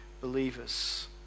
believers